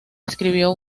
escribió